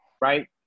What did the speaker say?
right